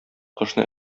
кошны